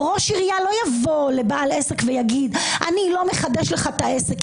ראש עירייה לא יבוא לבעל עסק ויגיד: אני לא מחדש לך את העסק,